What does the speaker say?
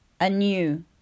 anew